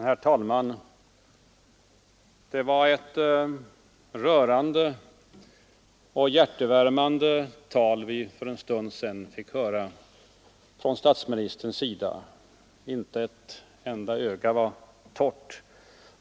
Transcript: Herr talman! Det var ett rörande och hjärtevärmande tal som vi för en stund sedan fick höra från statsministern — inte ett enda öga var torrt.